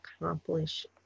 accomplish